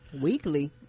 weekly